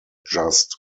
just